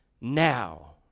now